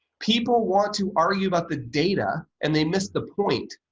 people want to argue about the data and they miss the point.